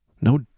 No